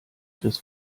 des